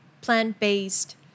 plant-based